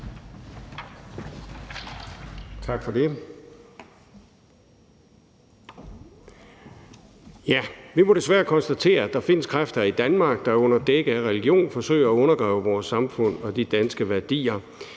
Tak for det. Vi må desværre konstatere, at der findes kræfter i Danmark, der under dække af religion forsøger at undergrave vores samfund og de danske værdier.